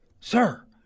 Sir